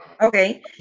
Okay